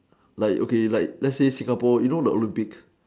like okay like let's say Singapore you know the Olympics